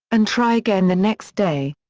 and try again the next day.